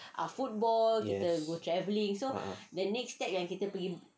yes ah